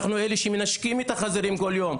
אנחנו אלה שמנשקים את החזירים כל היום,